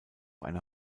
einer